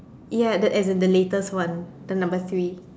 ya the as in the latest one the number three